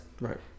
Right